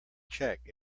check